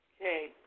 Okay